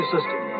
System